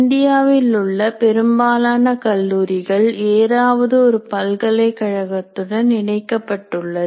இந்தியாவில் உள்ள பெரும்பாலான கல்லூரிகள் ஏதாவது ஒரு பல்கலைக்கழகத்துடன் இணைக்கப்பட்டுள்ளது